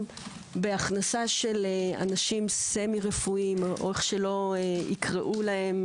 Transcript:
בהכנסת אנשים סמי רפואיים או איך שלא יקראו להם,